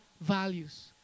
values